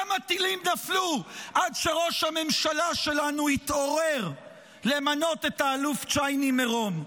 כמה טילים נפלו עד שראש הממשלה שלנו התעורר למנות את האלוף צ'ייני מרום?